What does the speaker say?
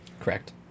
Correct